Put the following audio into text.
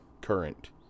current